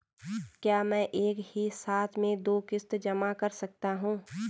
क्या मैं एक ही साथ में दो किश्त जमा कर सकता हूँ?